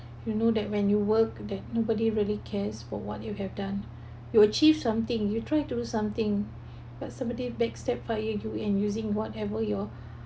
you know that when you work that nobody really cares for what you have done you achieve something you try to do something but somebody backstabbed fired you and using whatever your